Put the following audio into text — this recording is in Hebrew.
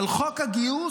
על חוק הגיוס,